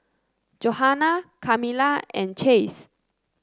Johana Kamila and Chase